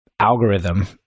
algorithm